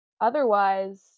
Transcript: otherwise